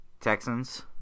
Texans